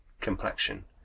complexion